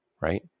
right